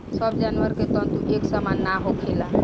सब जानवर के तंतु एक सामान ना होखेला